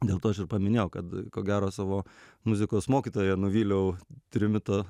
dėl to aš ir paminėjau kad ko gero savo muzikos mokytoją nuvyliau trimito